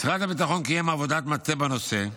משרד הביטחון קיים עבודת מטה בנושא,